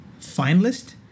finalist